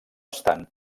estan